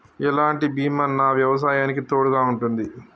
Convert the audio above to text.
ఎలాంటి బీమా నా వ్యవసాయానికి తోడుగా ఉంటుంది?